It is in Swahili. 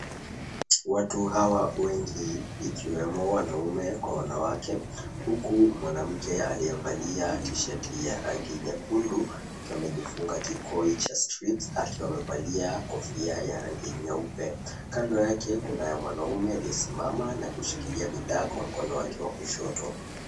Watu hawa wengi, ikiwemo wanaume kwa wanawake. Huku mwanamke aliyevalia tisheti ya rangi nyekundu, akiwa amejifunga kikoi cha stripes , akiwa amevalia kofia cha rangi nyeupe. Kando yake, kunaye mwanamume aliyesimama na kushikilia bidhaa kwa mkono wake wa kushoto.